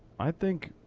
i think